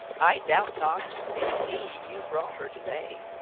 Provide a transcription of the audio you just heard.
i doubt not it is he you brought her to day.